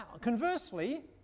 Conversely